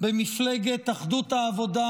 במפלגת אחדות העבודה,